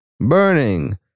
Burning